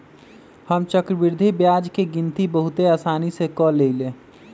हम चक्रवृद्धि ब्याज के गिनति बहुते असानी से क लेईले